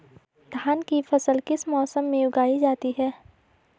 धान की फसल किस मौसम में उगाई जाती है?